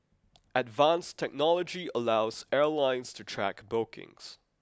advanced technology allows airlines to track bookings